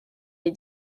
les